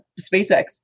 SpaceX